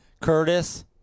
Curtis